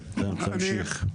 תמשיך.